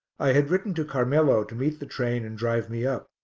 i had written to carmelo to meet the train and drive me up,